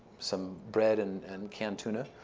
some bread and and canned tuna,